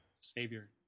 Savior